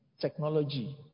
technology